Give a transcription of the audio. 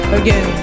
again